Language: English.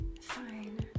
Fine